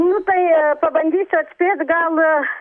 nu tai pabandysiu atspėti gal